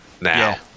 Now